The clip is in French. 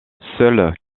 seuls